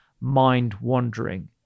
mind-wandering